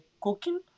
cooking